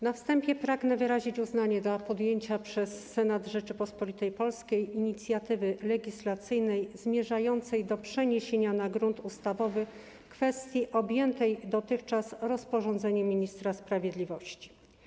Na wstępie pragnę wyrazić uznanie dla podjęcia przez Senat Rzeczypospolitej Polskiej inicjatywy legislacyjnej zmierzającej do przeniesienia na grunt ustawowy kwestii objętej dotychczas rozporządzeniem ministra sprawiedliwości.